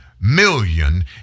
million